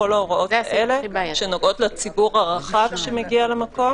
כל ההוראות האלה שנוגעות לציבור הרחב שמגיע למקום,